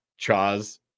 Chaz